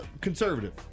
conservative